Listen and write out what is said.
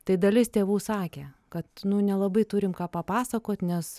tai dalis tėvų sakė kad nelabai turim ką papasakot nes